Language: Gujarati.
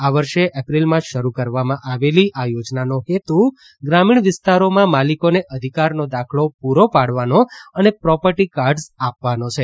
આ વર્ષે એપ્રિલમાં શરૂ કરવામાં આવેલી આ યોજનાનો હેતુ ગ્રામીણ વિસ્તારોમાં માલિકોને અધિકારનો દાખલો પૂરો પાડવાનો અને પ્રોપર્ટી કાર્ડ્સ આપવાનો છે